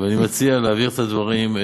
אני מציע להעביר את הדברים,